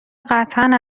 قطعا